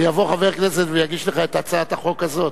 ויבוא חבר כנסת ויגיש לך את הצעת החוק הזאת.